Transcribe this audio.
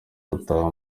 gutaha